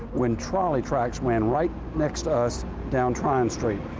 when trolley tracks ran right next us down tryon street.